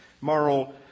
moral